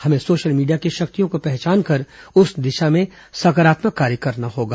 हमें social media की शक्तियों को पहचान कर उस दिशा में सकारात्मक कार्य करना होगा